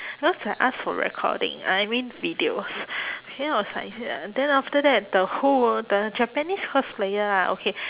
because I ask for recording I I mean videos then I was like then after that the who the japanese cosplayer ah okay